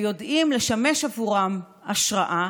ויודעים לשמש עבורם השראה,